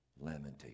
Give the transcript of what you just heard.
lamentation